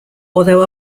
although